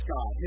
God